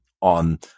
on